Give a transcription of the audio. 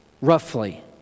roughly